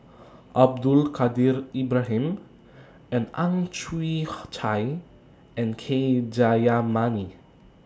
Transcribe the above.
Abdul Kadir Ibrahim Ang Chwee Chai and K Jayamani